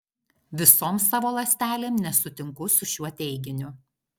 visom savo ląstelėm nesutinku su šiuo teiginiu